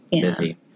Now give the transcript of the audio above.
busy